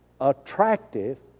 attractive